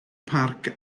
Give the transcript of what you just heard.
parc